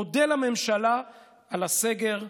מודה לממשלה על הסגר.